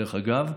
דרך אגב,